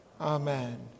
Amen